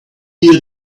here